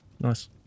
Nice